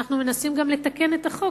אנחנו מנסים לתקן את החוק.